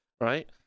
right